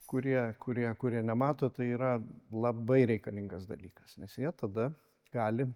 kurie kurie kurie nemato tai yra labai reikalingas dalykas nes jie tada gali